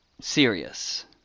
serious